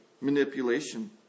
manipulation